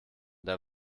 der